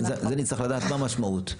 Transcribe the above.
נצטרך לדעת מה המשמעות.